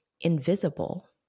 invisible